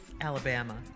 Alabama